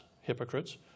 hypocrites